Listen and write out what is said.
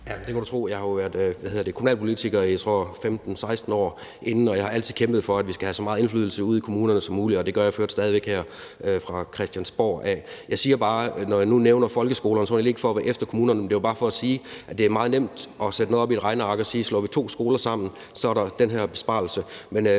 det kan du tro. Jeg har jo været kommunalpolitiker i 15-16 år, tror jeg, og jeg har altid kæmpet for, at vi skal have så meget indflydelse ude i kommunerne som muligt, og det gør jeg for øvrigt stadig væk her fra Christiansborg af. Når jeg nu nævner folkeskolerne, er det ikke for at være efter kommunerne, men bare for at sige, at det er meget nemt at sætte noget ind i et regneark og sige, at slår vi to skoler sammen, så er der den her besparelse.